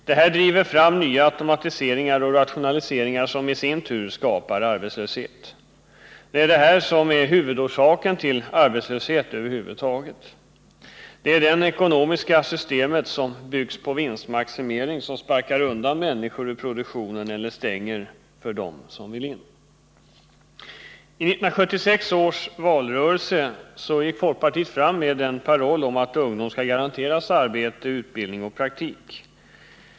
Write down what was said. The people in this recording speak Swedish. Detta driver fram nya automatiseringar och rationaliseringar, som i sin tur skapar arbetslöshet. Det är detta som är huvudorsaken till arbetslöshet över huvud taget. Det är det ekonomiska systemet som bygger på vinstmaximering som sparkar undan människor ur produktionen eller stänger för dem som vill in. 11976 års valrörelse gick folkpartiet fram med en paroll om att ungdomarna skall garanteras arbete, utbildning och praktik.